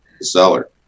seller